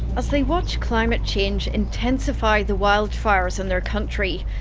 as they watch climate change intensify the wildfires on their country,